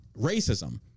racism